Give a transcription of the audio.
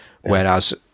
whereas